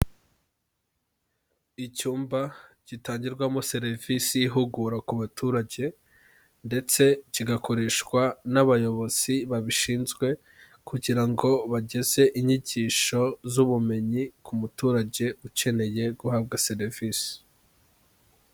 Icyumba gitangirwamo serivisi y'ihugura ku baturage ndetse kigakoreshwa n'abayobozi babishinzwe, kugira ngo bageze inyigisho z'ubumenyi ku muturage ukeneye guhabwa serivisi.